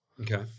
okay